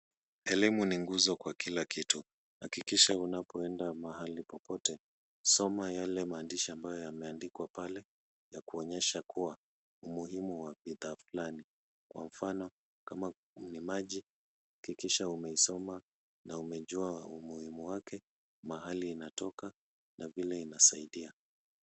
Elimu ni guzo kwa kila kitu. Hakikisha unapoenda mahali popote soma yale maandishi ambayo yameandikwa pale ya kuonyeshea kuwa umuhimu wa bidhaa fulani kwa mfano kama ni maji hakikisha umeisoma na umejua umuhimu wake, mahali inatoka na vile inasaidia.